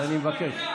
הממשלה